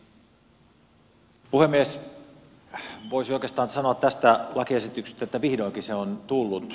voisin oikeastaan sanoa tästä lakiesityksestä että vihdoinkin se on tullut